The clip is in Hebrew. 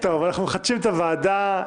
אנחנו מחדשים את הוועדה.